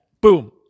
boom